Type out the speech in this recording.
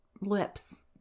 lips